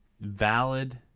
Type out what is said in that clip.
valid